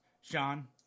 Sean